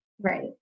right